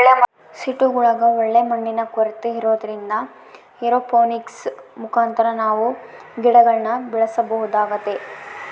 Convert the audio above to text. ಸಿಟಿಗುಳಗ ಒಳ್ಳೆ ಮಣ್ಣಿನ ಕೊರತೆ ಇರೊದ್ರಿಂದ ಏರೋಪೋನಿಕ್ಸ್ ಮುಖಾಂತರ ನಾವು ಗಿಡಗುಳ್ನ ಬೆಳೆಸಬೊದಾಗೆತೆ